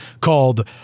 called